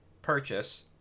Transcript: purchase